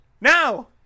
now